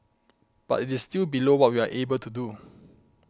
but it is still below what we are able to do